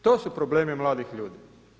To su problemi mladih ljudi.